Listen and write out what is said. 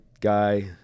guy